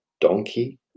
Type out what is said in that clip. donkey